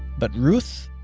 but ruth?